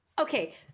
Okay